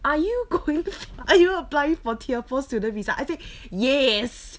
are you going for are you applying for tier four student visa I say yes